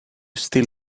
still